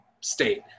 state